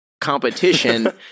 competition